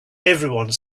everyone